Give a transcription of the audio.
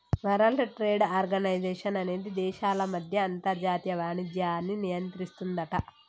world Trade Organization అనేది దేశాల మధ్య అంతర్జాతీయ వాణిజ్యాన్ని నియంత్రిస్తుందట